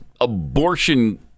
abortion